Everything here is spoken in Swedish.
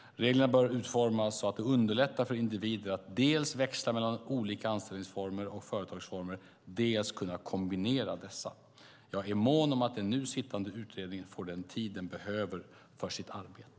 Reglerna bör utformas så att det underlättar för individer att dels växla mellan olika anställningsformer och företagsformer, dels kombinera dessa. Jag är mån om att den nu sittande utredningen får den tid den behöver för sitt arbete.